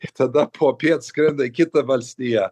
ir tada popiet skrenda į kitą valstiją